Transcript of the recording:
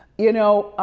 you know,